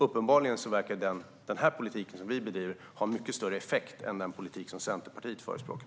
Uppenbarligen verkar den politik som vi bedriver ha mycket större effekt än den politik som Centerpartiet förespråkar.